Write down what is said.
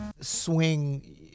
swing